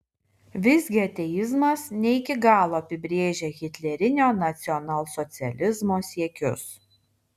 visgi ateizmas ne iki galo apibrėžia hitlerinio nacionalsocializmo siekius